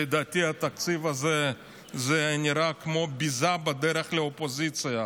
לדעתי התקציב הזה נראה כמו ביזה בדרך לאופוזיציה,